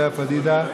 לאה פדידה,